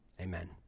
Amen